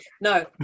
no